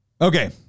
Okay